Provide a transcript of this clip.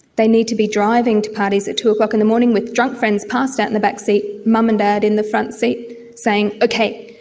they need to be driving to parties at two o'clock in the morning with drunk friends passed out in the back seat, mum and dad in the front seat saying, okay,